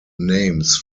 names